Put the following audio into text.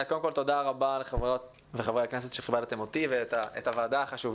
תודה רבה לחברות וחברי הכנסת שכיבדתם אותי ואת הוועדה החשובה הזו.